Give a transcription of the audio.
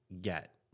get